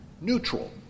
neutral